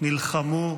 הם נלחמו,